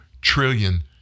trillion